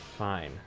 Fine